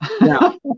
No